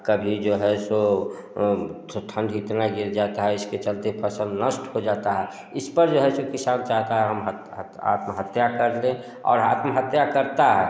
कभी जो है सो तो ठण्ड इतना गिर जाता है इसके चलते फ़सल नष्ट हो जाती है इस पर जो है ऐसे किसान चाहता है हम हत्या आत्महत्या कर लें और आत्महत्या करता है